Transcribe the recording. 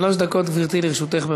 שלוש דקות, גברתי, לרשותך.